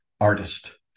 artist